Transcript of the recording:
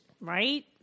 Right